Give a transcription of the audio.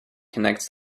connects